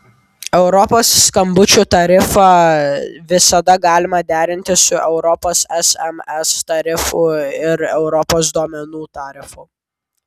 europos skambučių tarifą visada galima derinti su europos sms tarifu ir europos duomenų tarifu